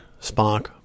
Spock